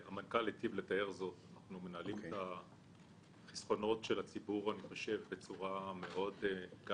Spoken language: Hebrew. הטיב לתאר זאת אנחנו מנהלים את החסכונות של הציבור בצורה מאוד מקצועית